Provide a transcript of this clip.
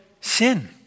sin